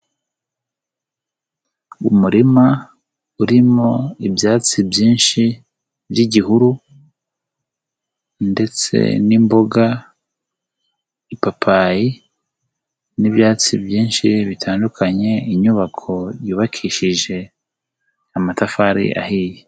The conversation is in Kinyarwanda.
Umurima urimo ibyatsi byinshi by'igihuru ndetse n'imboga, ipapayi n'ibyatsi byinshi bitandukanye. Inyubako yubakishije amatafari ahiye.